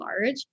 large